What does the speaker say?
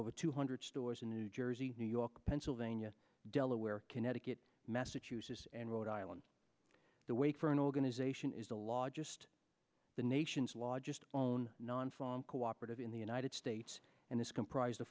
over two hundred stores in new jersey new york pennsylvania delaware connecticut massachusetts and rhode island the wait for an organization is a law just the nation's largest on non farm cooperative in the united states and is comprise